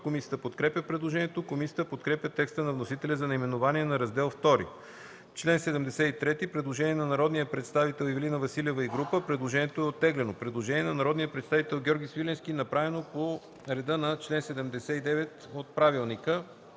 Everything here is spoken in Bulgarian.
Комисията подкрепя предложението. Комисията подкрепя текста на вносителя за наименованието на Раздел II. По чл. 73 има предложение на народния представител Ивелина Василева и група народни представители. Предложението е оттеглено. Предложение на народния представител Георги Свиленски, направено по реда на чл. 79, ал.